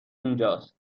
اونجاست